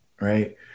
right